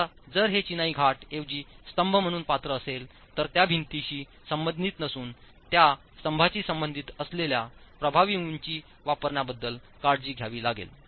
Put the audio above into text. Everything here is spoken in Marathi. आता जर हे चिनाई घाट ऐवजी स्तंभ म्हणून पात्र असेल तर त्या भिंतीशी संबंधित नसूनत्या स्तंभाशीसंबंधित असलेल्या प्रभावी उंची वापरण्याबद्दल काळजी घ्यावी लागेल